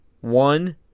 One